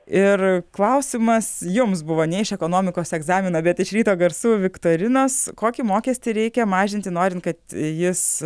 ir klausimas jums buvo ne iš ekonomikos egzamino bet iš ryto garsų viktorinos kokį mokestį reikia mažinti norint kad jis